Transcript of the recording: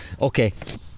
Okay